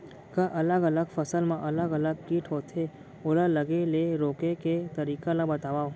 का अलग अलग फसल मा अलग अलग किट होथे, ओला लगे ले रोके के तरीका ला बतावव?